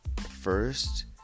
First